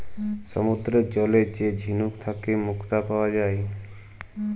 সমুদ্দুরের জলে যে ঝিলুক থ্যাইকে মুক্তা পাউয়া যায়